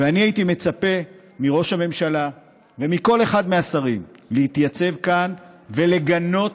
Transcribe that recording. ואני הייתי מצפה מראש הממשלה ומכל אחד מהשרים להתייצב כאן ולגנות